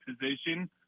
position